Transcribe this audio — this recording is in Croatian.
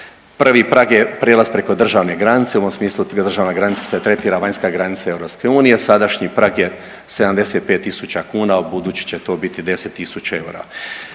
Prvi prag je prijelaz preko državne granice. U ovom smislu državna granica se tretira vanjska granica EU. Sadašnji prag je 75000 kuna, a u buduće će to biti 10 000 eura.